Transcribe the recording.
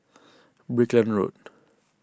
Brickland Road